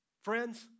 Friends